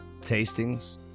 Tastings